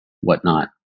whatnot